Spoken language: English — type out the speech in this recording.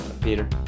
Peter